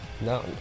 no